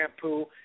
shampoo